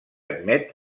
admet